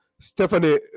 Stephanie